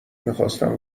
میخاستن